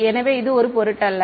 எனவே ஒரு பொருட்டல்ல